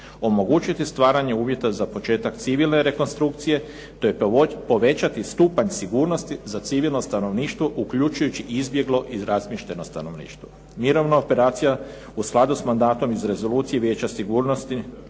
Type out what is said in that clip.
omogućiti stvaranje uvjeta za početak civilne rekonstrukcije te povećati stupanj sigurnosti za civilno stanovništvo uključujući izbjeglo i razmješteno stanovništvo. Mirovna operacija u skladu sa mandatom iz rezolucije Vijeća Ujedinjenih